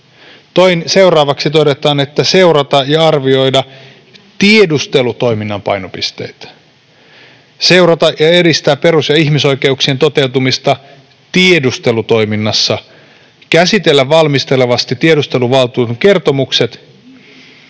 Seuraavaksi todetaan, että ”seurata ja arvioida tiedustelutoiminnan painopisteitä, seurata ja edistää perus- ja ihmisoikeuksien toteutumista tiedustelutoiminnassa, käsitellä valmistelevasti tiedusteluvaltuutetun kertomukset,